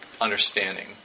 understanding